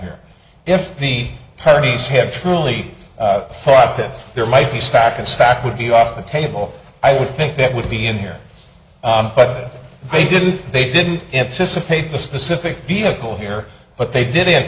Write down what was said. here if the pennies have truly thought this there might be stack and stack would be off the table i would think that would be in here but they didn't they didn't anticipate the specific vehicle here but they didn't